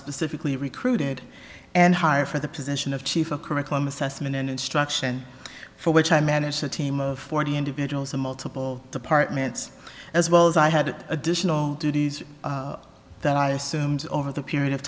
specifically recruited and hired for the position of chief a curriculum assessment and instruction for which i managed a team of forty individuals and multiple departments as well as i had additional duties that i assumed over the period of